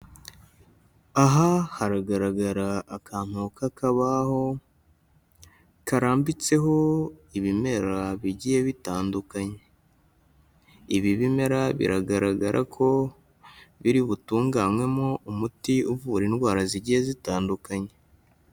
Aha haragaragara akantu k'akabaho karambitseho ibimera bigiye bitandukanye, ibi bimera biragaragara ko biri butunganwemo umuti uvura indwara zigiye zitandukanye.